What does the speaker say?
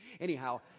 Anyhow